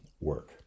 work